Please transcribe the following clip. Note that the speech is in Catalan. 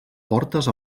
portes